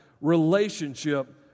relationship